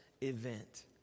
event